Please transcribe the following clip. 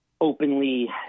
openly